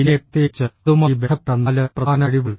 പിന്നെ പ്രത്യേകിച്ച് അതുമായി ബന്ധപ്പെട്ട നാല് പ്രധാന കഴിവുകൾ